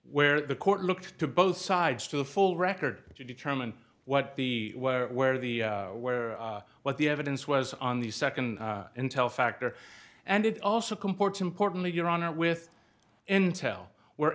where the court looked to both sides to the full record to determine what the where where the where what the evidence was on the second intel factor and it also comports importantly your honor with intel